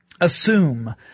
assume